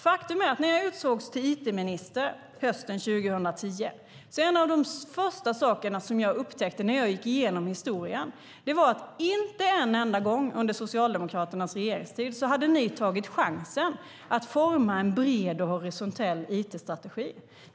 Faktum är att när jag utsågs till it-minister hösten 2010 var en av de första saker som jag upptäckte när jag gick igenom historien att inte en enda gång under Socialdemokraternas regeringstid hade ni tagit chansen att forma en bred och horisontell it-strategi.